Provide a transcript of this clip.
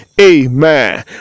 Amen